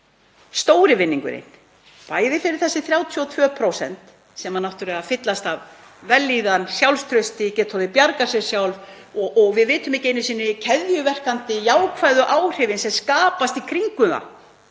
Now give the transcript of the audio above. stóri vinningurinn fyrir þessi 32% sem náttúrlega fyllast af vellíðan og sjálfstrausti, gátu bjargað sér sjálf? Við vitum ekki einu sinni um öll keðjuverkandi jákvæðu áhrifin sem skapast í kringum það